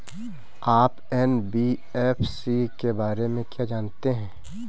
आप एन.बी.एफ.सी के बारे में क्या जानते हैं?